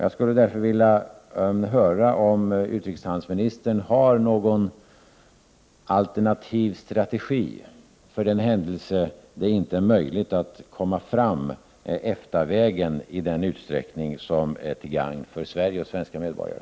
Jag skulle därför vilja få veta om utrikeshandelsministern har någon alternativ strategi, för den händelse det inte är möjligt att komma fram EFTA-vägen i den utsträckning som är till gagn för Sverige och svenska medborgare.